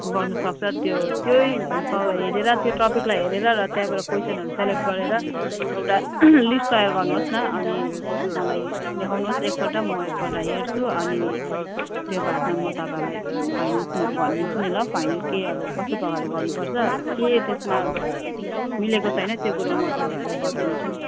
गर्नु सक्छ त्यो त्यो नै सब हेरेर त्यो टपिकलाई हेरेर र त्यहाँबाट क्वेस्चनहरू सेलेक्ट गरेर एउटा लिस्ट तयार गर्नुहोस् न अनि मलाई देखाउनुहोस् एकपल्ट म एकपल्ट हेर्छु अनि त्यो बादमा म तपाईँलाई फाइनेल म भनिदिन्छु नि ल फाइनेल के अब कस्तो प्रकारले गर्नुपर्छ के त्यसमा मिलेको छैन त्यो कुरो म तपाईँहरूलाई बताउने छु नि